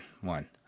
one